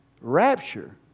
Rapture